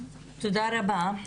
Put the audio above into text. תודה רבה.